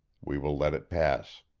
we will let it pass.